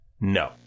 no